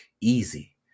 easy